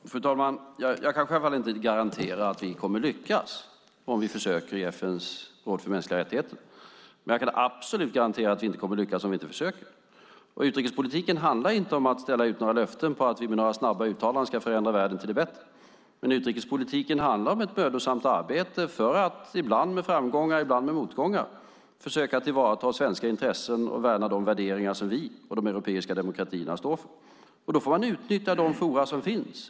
Fru talman! Jag kan självfallet inte garantera att vi kommer att lyckas om vi försöker med FN:s råd för mänskliga rättigheter. Men jag kan absolut garantera att vi inte kommer att lyckas om vi inte försöker. Utrikespolitiken handlar inte om att ställa ut några löften om att vi med några snabba uttalanden ska förändra världen till det bättre. Utrikespolitiken handlar om ett mödosamt arbete för att ibland med framgångar, ibland med motgångar, försöka tillvarata svenska intressen och värna de värderingar som vi och de europeiska demokratierna står för. Då får man utnyttja de forum som finns.